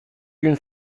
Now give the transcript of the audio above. gün